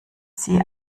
sie